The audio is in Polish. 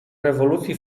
rewolucji